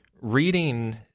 Reading